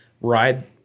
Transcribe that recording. ride